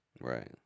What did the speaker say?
Right